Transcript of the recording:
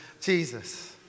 Jesus